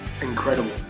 incredible